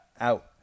out